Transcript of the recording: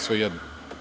Svejedno.